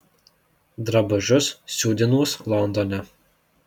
drabužius siūdinuos londone